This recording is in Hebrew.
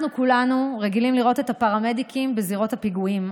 אנחנו כולנו רגילים לראות את הפרמדיקים בזירות הפיגועים.